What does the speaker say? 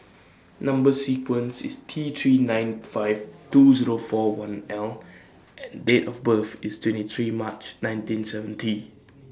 Number sequence IS T three nine five two Zero four one L and Date of birth IS twenty three March nineteen seventy